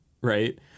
right